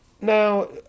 now